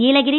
Nilgiri